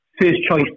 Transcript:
first-choice